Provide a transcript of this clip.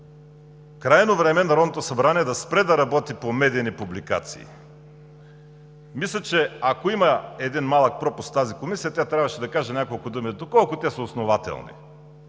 крайно време Народното събрание да спре да работи по медийни публикации. Мисля, че ако имаше един малък пропуск в тази комисия, тя трябваше да каже няколко думи – доколко те са основателни,